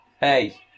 hey